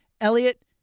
Elliot